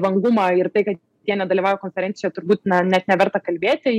vangumą ir tai kad jie nedalyvauja konferencijoje turbūt na net neverta kalbėti